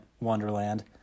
wonderland